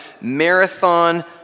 marathon